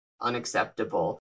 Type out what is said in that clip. unacceptable